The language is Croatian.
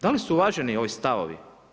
Da li su uvaženi ovi stavovi?